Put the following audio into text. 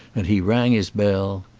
and he rang his bell.